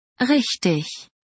Richtig